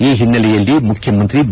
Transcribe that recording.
ಈ ಹಿನ್ನೆಲೆಯಲ್ಲಿ ಮುಖ್ಯಮಂತ್ರಿ ಬಿ